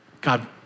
God